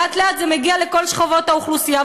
לאט-לאט זה מגיע לכל שכבות האוכלוסייה,